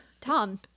Tom